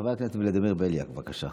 חבר הכנסת ולדימיר בליאק, בבקשה.